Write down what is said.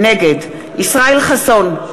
נגד ישראל חסון,